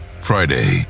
Friday